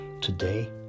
today